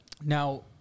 now